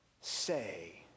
say